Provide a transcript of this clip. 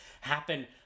happen